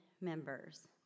members